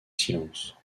silence